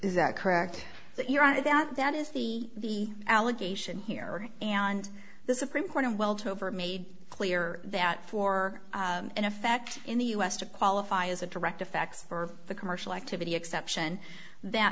to that that is the allegation here and the supreme court in well to over made clear that for in effect in the u s to qualify as a direct effect for the commercial activity exception that